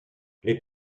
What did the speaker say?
les